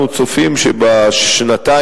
אנחנו צופים שבשנתיים,